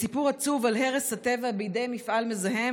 ולסיפור עצוב על הרס הטבע בידי מפעל מזהם